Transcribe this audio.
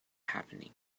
happening